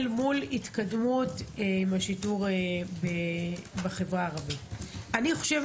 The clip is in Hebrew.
אל מול התקדמות עם השיטור בחברה הערבית.